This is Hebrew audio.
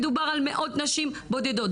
מדובר על מאות נשים בודדות.